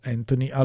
Anthony